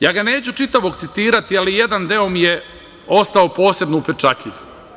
Ja ga neću čitavog citirati, ali jedan deo mi je ostao posebno upečatljiv.